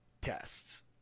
tests